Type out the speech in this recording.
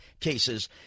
cases